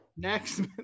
Next